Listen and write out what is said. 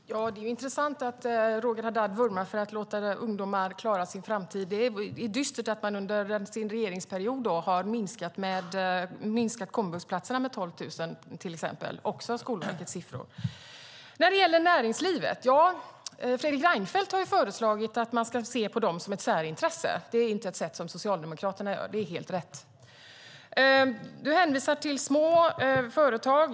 Herr talman! Det är intressant att Roger Haddad vurmar för att man ska låta ungdomar klara sin framtid. Det är då dystert att man under sin regeringsperiod har minskat komvuxplatserna med 12 000, till exempel. Det är också Skolverkets siffror. Sedan gäller det näringslivet. Ja, Fredrik Reinfeldt har föreslagit att man ska se på det som ett särintresse. Det är inte vad Socialdemokraterna gör. Det är helt rätt. Du hänvisar till små företag.